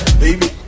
baby